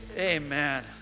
Amen